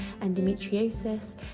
endometriosis